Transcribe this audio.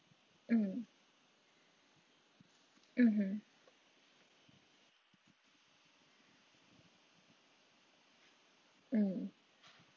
mm mmhmm mm